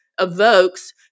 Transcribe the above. evokes